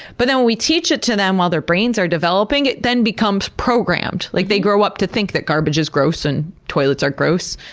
but when we teach it to them while their brains are developing, it then becomes programmed. like they grow up to think that garbage is gross and toilets are gross.